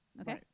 Okay